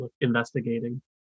investigating